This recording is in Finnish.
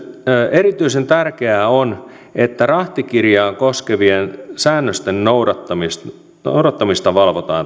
erityisen tärkeää on että rahtikirjaa koskevien säännösten noudattamista noudattamista valvotaan